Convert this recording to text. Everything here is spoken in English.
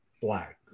black